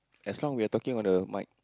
as long we are talking on the mic